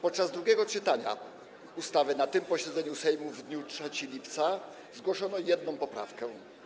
Podczas drugiego czytania ustawy na tym posiedzeniu Sejmu w dniu 3 lipca zgłoszono jedną oprawkę.